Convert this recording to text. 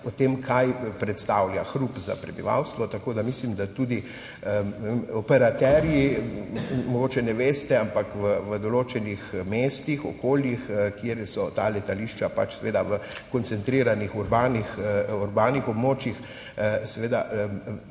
o tem, kaj predstavlja hrup za prebivalstvo, tako da mislim, da tudi operaterji, mogoče ne veste, ampak v določenih mestih, okoljih, kjer so ta letališča, seveda v koncentriranih urbanih območjih, morajo